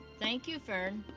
thank you, fern.